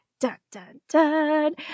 dun-dun-dun